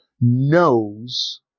knows